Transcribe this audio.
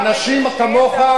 אנשים כמוך,